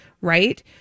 right